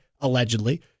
allegedly